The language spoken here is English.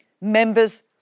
members